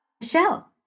Michelle